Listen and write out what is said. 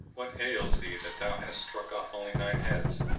what ails thee that thou hast struck off only nine heads?